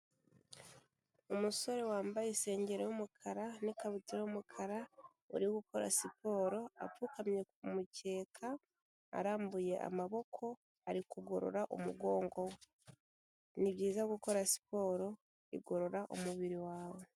Umusore wambaye insengero y'umukara n'ikabutura y'umukara uri gukora siporo apfukamye ku mukeka arambuye amaboko ari kugorora umugongo, ni byiza gukora siporo bigorora umubiri wawe.